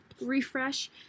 refresh